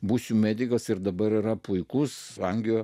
būsiu medikas ir dabar yra puikus angio